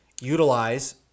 utilize